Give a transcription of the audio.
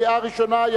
קריאה ראשונה.